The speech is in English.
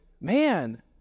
man